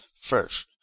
first